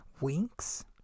Winks